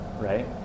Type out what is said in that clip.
Right